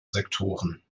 sektoren